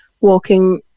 walking